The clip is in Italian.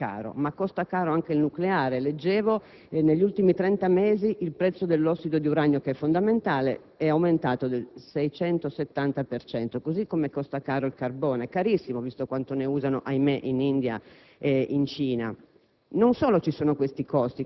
combustibili fossili e ci costa caro, ma costa caro anche il nucleare. Leggevo che negli ultimi 30 mesi il prezzo dell'ossido di uranio che è fondamentale è aumentato del 670 per cento. Costa caro anche il carbone, carissimo visto quanto ne usano - ahimè - in India e in Cina.